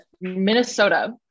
Minnesota